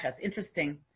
Interesting